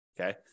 Okay